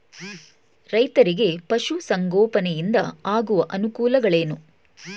ರೈತರಿಗೆ ಪಶು ಸಂಗೋಪನೆಯಿಂದ ಆಗುವ ಅನುಕೂಲಗಳೇನು?